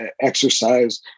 exercise